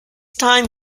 time